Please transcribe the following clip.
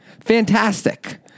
Fantastic